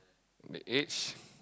the age